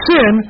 Sin